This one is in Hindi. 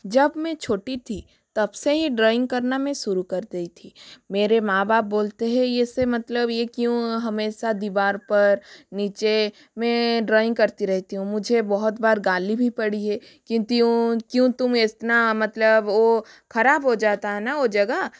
जब में छोटी थी तब से ही ड्रॉइंग करना में शुरू कर दी थी मेरे माँ बाप बोलते है ऐसे मतलब यह क्यों हमेशा दीवार पर नीचे में ड्रॉइंग करती रहती हूँ मुझे बहुत बार गाली भी पड़ी है कि त्यूं क्यों तुम इतना मतलब वह ख़राब हो जाता है न वह जगह